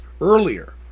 earlier